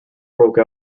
broke